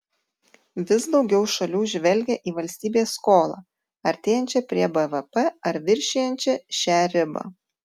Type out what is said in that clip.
vis daugiau šalių žvelgia į valstybės skolą artėjančią prie bvp ar viršijančią šią ribą